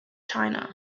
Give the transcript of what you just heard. china